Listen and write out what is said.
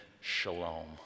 Shalom